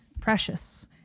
precious